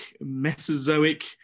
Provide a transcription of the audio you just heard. mesozoic